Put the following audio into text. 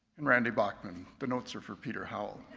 and randy bachman. the notes are for peter howell.